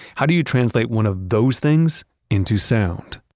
how do you translate one of those things into sound?